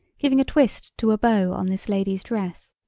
giving a twist to a bow on this lady's dress.